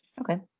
Okay